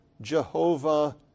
Jehovah